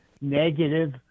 negative